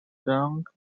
dark